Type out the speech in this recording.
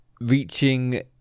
reaching